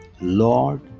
Lord